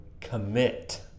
commit